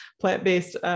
plant-based